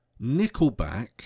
Nickelback